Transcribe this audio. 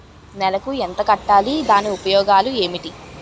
నెలకు ఎంత కట్టాలి? దాని ఉపయోగాలు ఏమిటి?